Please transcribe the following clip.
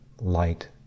light